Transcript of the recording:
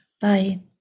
Bye